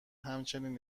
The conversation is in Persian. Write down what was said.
همچین